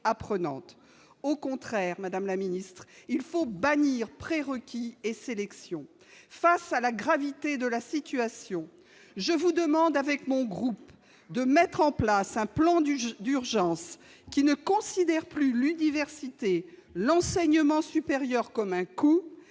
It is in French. à prenante, au contraire, Madame la Ministre, il faut bannir pré-requis et sélection face à la gravité de la situation, je vous demande avec mon groupe de mettre en place un plan du jeu d'urgence qui ne considère plus l'université, l'enseignement supérieur, comme un coup